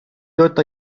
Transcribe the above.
dört